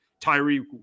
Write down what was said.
Tyree